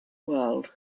world